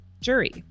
jury